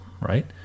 right